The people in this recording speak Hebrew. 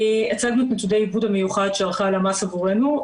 הצגנו את -- -המיוחד שערכה הלמ"ס עבורנו,